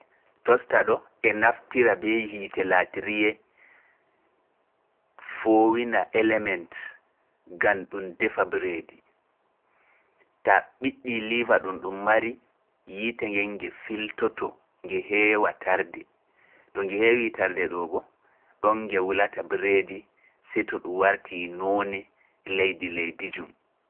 Tosta ɗo e naftira ɓe yiite laatiriyee foowina element gaam ɗum defa bereedi. Ta ɓiɗɗi liva ɗum ɗum mari, yiite nge nge filtoto, nge heewa tarde. To nge heewi tarde ɗoo boo, ɗoon nge wulata bereedi, seto ɗum wartii noone leydi leydi jum.